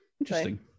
Interesting